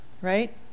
right